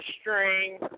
string